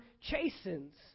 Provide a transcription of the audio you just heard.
chastens